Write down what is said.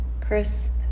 crisp